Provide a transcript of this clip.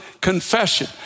confession